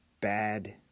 bad